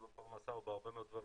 בפרנסה ובהרבה מאוד דברים.